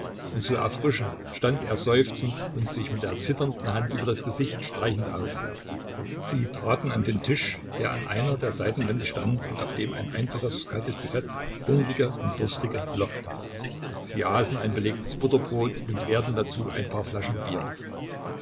und zu erfrischen stand er seufzend und sich mit der zitternden hand über das gesicht streichend auf sie traten an den tisch der an einer der seitenwände stand und auf dem ein einfaches kaltes büfett hungrige und durstige lockte sie aßen ein belegtes butterbrot und leerten dazu ein paar flaschen bier